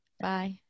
Bye